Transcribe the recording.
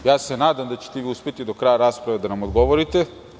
Nadam se da ćete vi uspeti do kraja rasprave da nam odgovorite.